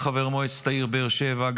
גם כי הייתי חבר מועצת העיר באר שבע,